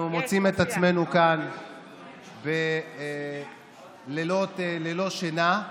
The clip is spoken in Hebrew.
אנחנו מוצאים את עצמנו כאן בלילות ללא שינה,